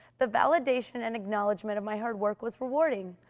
the validation and acknowledgement of my hard work was rewarding.